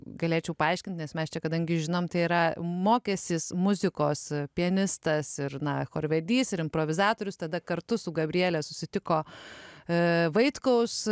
galėčiau paaiškint nes mes čia kadangi žinom tai yra mokęsis muzikos pianistas ir na chorvedys ir improvizatorius tada kartu su gabriele susitiko vaitkaus